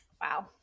Wow